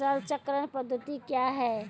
फसल चक्रण पद्धति क्या हैं?